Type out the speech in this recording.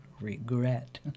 regret